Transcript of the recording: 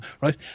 right